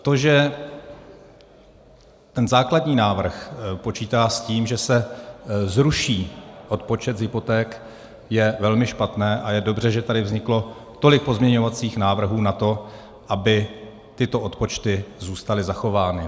To, že ten základní návrh počítá s tím, že se zruší odpočet z hypoték, je velmi špatné a je dobře, že tady vzniklo tolik pozměňovacích návrhů na to, aby tyto odpočty zůstaly zachovány.